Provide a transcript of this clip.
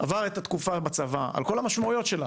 עבר את התקופה בצבא על כל המשמעויות שלה,